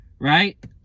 Right